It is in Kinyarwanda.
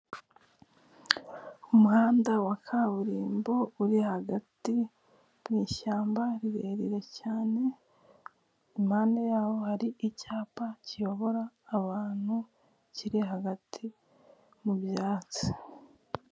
Umuhanda wa kaburimbo uri hagati mwishyamba rirerire cyane impande yawo hari icyapa kiyobora abantu kiri hagati mubyatsi.